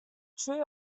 true